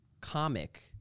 comic